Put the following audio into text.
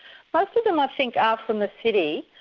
most of them i think are from the city,